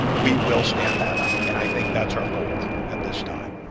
we will stand that up. and i think that's our goal at this time?